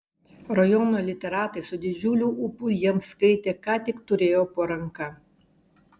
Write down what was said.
rajono literatai su didžiuliu ūpu jiems skaitė ką tik turėjo po ranka